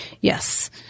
Yes